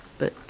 but,